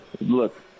Look